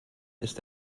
ist